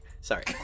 Sorry